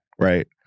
Right